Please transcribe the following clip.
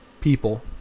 people